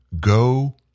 Go